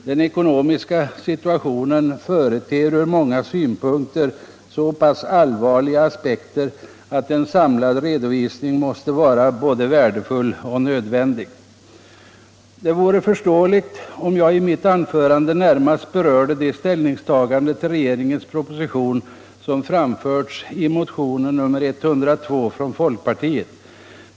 Den ekonomiska situationen företer ur många synpunkter så pass allvarliga aspekter att en samlad redovisning måste vara både vär Det vore förståeligt, om jag i mitt anförande närmast berörde de ställningstaganden till regeringens proposition som framförts i motion 1975/76:102 från folkpartiet.